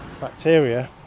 bacteria